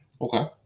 Okay